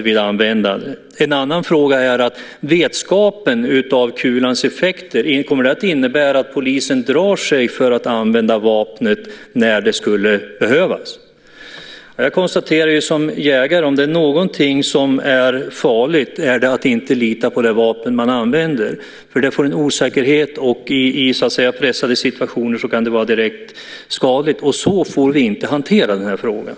Frågan är också om vetskapen om kulans effekter kommer att innebära att polisen drar sig för att använda vapnet när så skulle behövas. Som jägare konstaterar jag att om det är något som är farligt så är det att inte lita på det vapen man använder. Det medför osäkerhet, vilket i pressade situationer kan vara direkt skadligt. Så får vi inte hantera den här frågan.